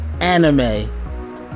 anime